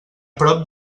prop